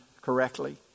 correctly